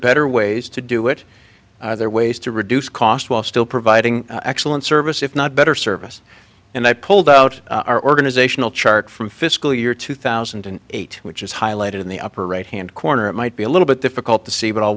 better ways to do it are there ways to reduce costs while still providing excellent service if not better service and i pulled out our organizational chart from fiscal year two thousand and eight which is highlighted in the upper right hand corner it might be a little bit difficult to see but i'll